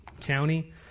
County